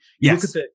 yes